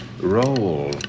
Roll